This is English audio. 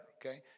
Okay